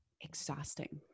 exhausting